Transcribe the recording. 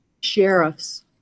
sheriffs